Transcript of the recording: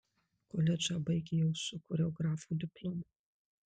koledžą baigė jau su choreografo diplomu